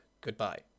Goodbye